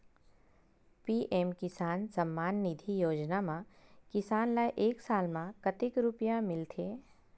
PM Kisan Samman Nidhi Yojana म किसान ल एक साल म कतेक रुपिया मिलथे?